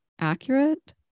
accurate